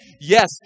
Yes